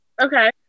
Okay